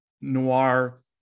noir